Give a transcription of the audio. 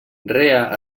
rea